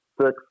six